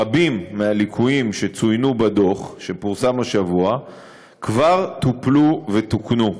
רבים מהליקויים שצוינו בדוח שפורסם השבוע כבר טופלו ותוקנו.